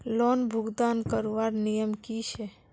Loan भुगतान करवार नियम की छे?